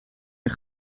een